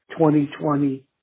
2020